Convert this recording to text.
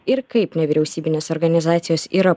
ir kaip nevyriausybinės organizacijos yra